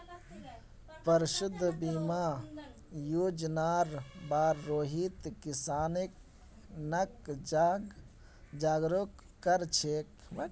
पशुधन बीमा योजनार बार रोहित किसानक जागरूक कर छेक